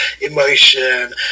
emotion